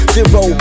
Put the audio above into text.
Zero